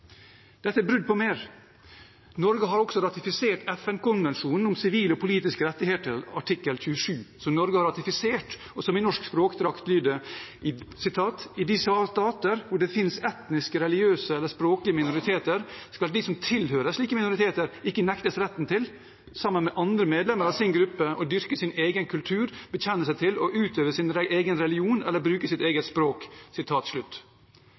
Dette er brudd på mer: Norge har også ratifisert FN-konvensjonen om sivile og politiske rettigheter, artikkel 27, som i norsk språkdrakt lyder: «I de stater hvor det finnes etniske, religiøse eller språklige minoriteter, skal de som tilhører slike minoriteter ikke nektes retten til, sammen med andre medlemmer av sin gruppe, å dyrke sin egen kultur, bekjenne seg til og utøve sin egen religion, eller bruke sitt